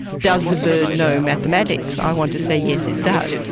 does the bird know mathematics? i want to say yes it does.